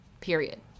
period